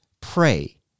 pray